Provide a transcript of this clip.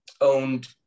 owned